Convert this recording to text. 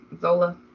Zola